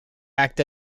act